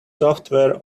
software